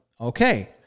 Okay